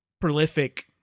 prolific